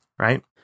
right